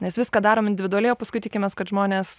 nes viską darom individualiai o paskui tikimės kad žmonės